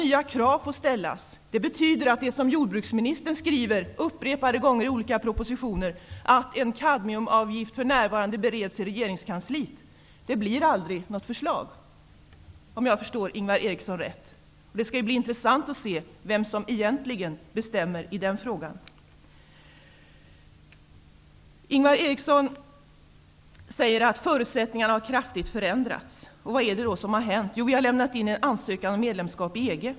Om jag förstår honom rätt betyder det att det som jordbruksministern upprepade gånger skriver i olika propositioner om att förslag om en kadmiumavgift för närvarande bereds inom regeringskansliet aldrig blir något förslag. Det skall bli intressant att se vem som egentligen bestämmer i den frågan. Ingvar Eriksson säger att förutsättningarna har förändrats. Vad är det då som har hänt? Jo, vi har lämnat in en ansökan om medlemskap i EG.